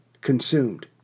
consumed